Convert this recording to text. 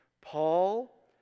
Paul